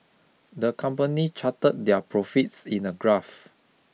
the company charted their profits in a graph